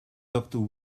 doctor